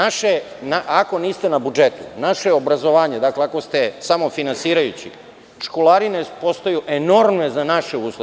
Ako niste na budžetu, naše obrazovanje ako se samofinansirajući, školarine postaju enormne za naše uslove.